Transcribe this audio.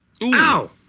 Ow